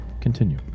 Continue